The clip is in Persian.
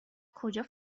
کجا